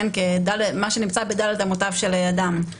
מה שנמצא בד' אמותיו של אדם,